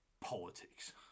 politics